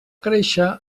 créixer